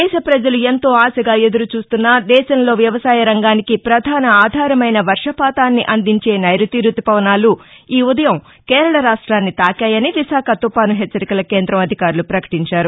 దేశ పజలు ఎంతో ఆశగా ఎదురుచూస్తున్న దేశంలో వ్యవసాయ రంగానికి పధాన ఆధారమైన వర్షపాతాన్ని అందించే నైరుతి రుతుపవనాలు ఈ ఉదయం కేరళ రాష్టాన్ని తాకాయని విశాఖ తుపాను హెచ్చరికల కేందం అధికారులు పకటించారు